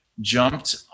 jumped